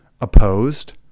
opposed